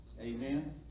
amen